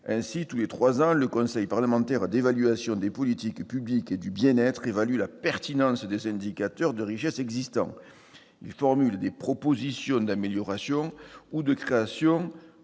Ainsi, tous les trois ans, le conseil parlementaire d'évaluation des politiques publiques et du bien-être évaluerait la pertinence des indicateurs de richesse existants. Il formulerait des propositions d'amélioration ou de création